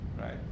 Right